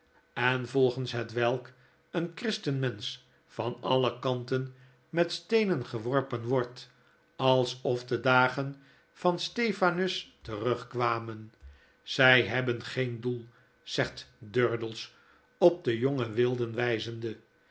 en volgens hetwelk een christen mensch van alle kanten met steenen geworpen wordt alsof de dagen van stephanus terugkwamen zfl hebben geen doel zegtdurdels op de jonge wilden